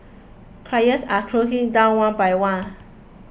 criers are closing down one by one